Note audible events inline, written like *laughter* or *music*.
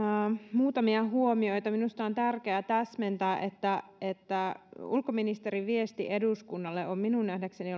muutamia huomioita minusta on tärkeää täsmentää että että ulkoministerin viesti eduskunnalle on minun nähdäkseni *unintelligible*